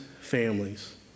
families